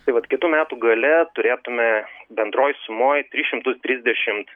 tai vat kitų metų gale turėtume bendroj sumoj tris šimtus trisdešimt